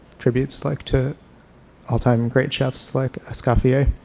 tributes like to all-time great chefs like escoffier